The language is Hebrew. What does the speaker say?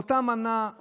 לאותה מנה,